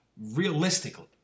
realistically